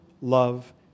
love